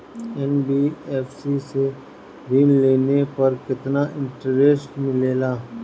NBFC से ऋण लेने पर केतना इंटरेस्ट मिलेला?